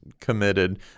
committed